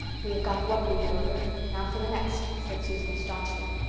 we have got one week over now for the next, said susan staunchly.